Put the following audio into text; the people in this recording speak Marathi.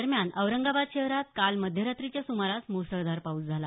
दरम्यान औरंगाबाद शहरात काल मध्यरात्रीच्या सुमारास मुसळधार पाऊस झाला